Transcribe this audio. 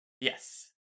Yes